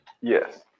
Yes